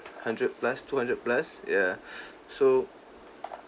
hundred plus two hundred plus ya so